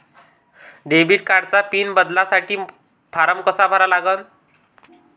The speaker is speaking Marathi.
डेबिट कार्डचा पिन बदलासाठी फारम कसा भरा लागन?